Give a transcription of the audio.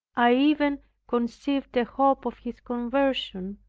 i even conceived a hope of his conversion,